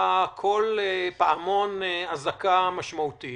שנקרא קול פעמון אזעקה משמעותית